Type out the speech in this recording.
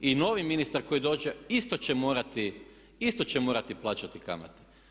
I novi ministar koji dođe isto će morati plaćati kamate.